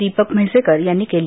दीपक म्हैसेकर यांनी केली